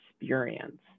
experience